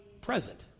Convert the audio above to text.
present